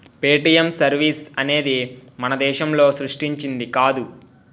Paytm service అనేది మన దేశం సృష్టించింది కాదు